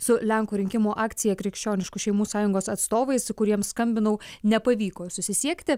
su lenkų rinkimų akcija krikščioniškų šeimų sąjungos atstovais su kuriems skambinau nepavyko susisiekti